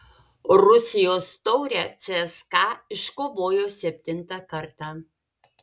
rusijos taurę cska iškovojo septintą kartą